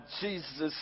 Jesus